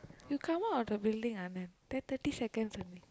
you come out of the building Anand there thirty seconds only